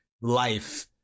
life